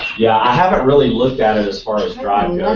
yeah, i haven't really looked at it as far as driving. yeah